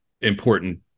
important